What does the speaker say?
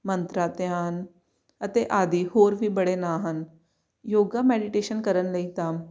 ਮੰਤਰਾ ਧਿਆਨ ਅਤੇ ਆਦਿ ਹੋਰ ਵੀ ਬੜੇ ਨਾਂ ਹਨ ਯੋਗਾ ਮੈਡੀਟੇਸ਼ਨ ਕਰਨ ਲਈ ਤਾਂ